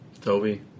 Toby